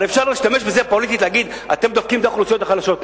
הרי אפשר להשתמש בזה פוליטית ולהגיד: אתם דופקים את האוכלוסיות החלשות,